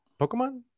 Pokemon